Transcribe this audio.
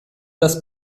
das